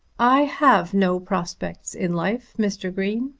i have no prospects in life, mr. green.